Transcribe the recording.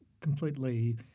completely